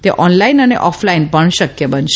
તે online અને offline પણ શકય બનશે